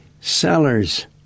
Sellers